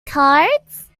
cards